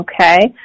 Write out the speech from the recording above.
Okay